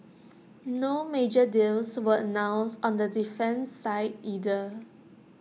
no major deals were announced on the defence side either